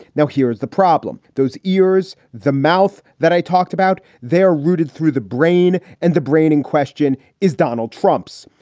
now, here's the problem. those ears, the mouth that i talked about. they are routed through the brain and the brain in question is donald trump's.